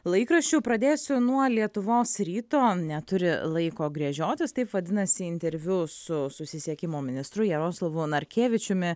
laikraščių pradėsiu nuo lietuvos ryto neturi laiko gręžiotis taip vadinasi interviu su susisiekimo ministru jaroslavu narkevičiumi